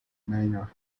manor